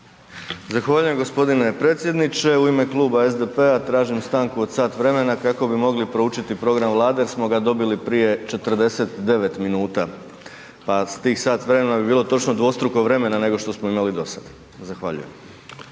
Zahvaljujem gospodine predsjedniče u ime Kluba SDP-a tražim stanku od sat vremena kako bi mogli proučiti Program Vlade jer smo ga dobili prije 49 minuta. Pa tih sat vremena bi bilo točno dvostruko vremena nego što smo imali do sada. Zahvaljujem.